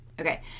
Okay